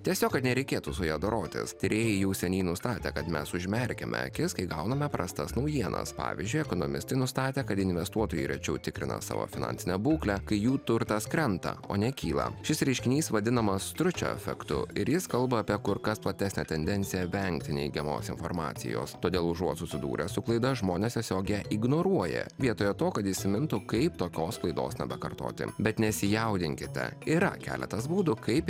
tiesiog kad nereikėtų su ja dorotis tyrėjai jau seniai nustatė kad mes užmerkiame akis kai gauname prastas naujienas pavyzdžiui ekonomistai nustatė kad investuotojai rečiau tikrina savo finansinę būklę kai jų turtas krenta o ne kyla šis reiškinys vadinamas stručio efektu ir jis kalba apie kur kas platesnę tendenciją vengti neigiamos informacijos todėl užuot susidūrę su klaida žmonės tiesiogiai ignoruoja vietoje to kad įsimintų kaip tokios klaidos nepakartoti bet nesijaudinkite yra keletas būdų kaip